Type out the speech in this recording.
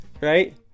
right